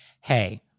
hey